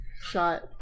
shot